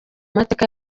mateka